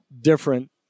different